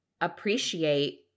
appreciate